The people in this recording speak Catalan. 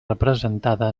representada